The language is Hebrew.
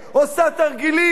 עושה תרגילים,